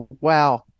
Wow